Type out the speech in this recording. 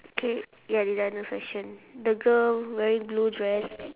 okay ya designer fashion the girl wearing blue dress